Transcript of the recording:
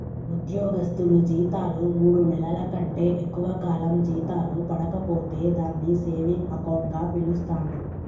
ఉద్యోగస్తులు జీతాలు మూడు నెలల కంటే ఎక్కువ కాలం జీతాలు పడక పోతే దాన్ని సేవింగ్ అకౌంట్ గా పిలుస్తాండ్రు